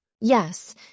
Yes